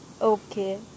Okay